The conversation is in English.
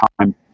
time